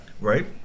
Right